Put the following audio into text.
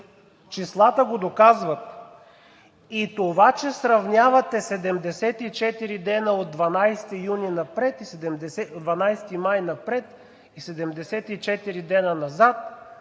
Числата го доказват. И това, че сравнявате 74 дена от 12 май напред и 74 дена назад,